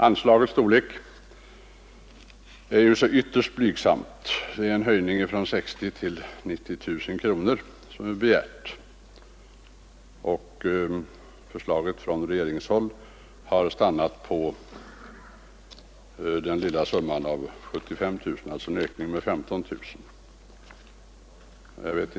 Anslaget är ju ytterst blygsamt; det är en höjning från 60 000 1971 till 90 000 kronor i år som vi har begärt i motionen. Förslaget från regeringshåll har stannat på 75 000 kronor, alltså innebärande en liten ökning med 15 000 kronor.